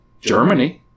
Germany